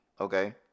Okay